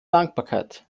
dankbarkeit